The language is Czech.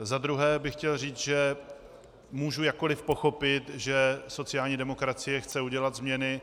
Za druhé bych chtěl říct, že můžu jakkoli pochopit, že sociální demokracie chce udělat změny.